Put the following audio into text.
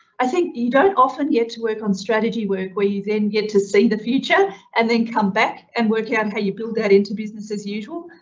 i think you don't often get to work on strategy work where you then get to see the future and then come back and work out how you build that into business as usual.